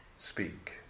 Speak